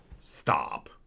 stop